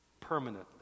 permanently